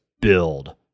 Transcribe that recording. build